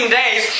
days